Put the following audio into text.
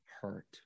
hurt